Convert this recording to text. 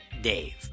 Dave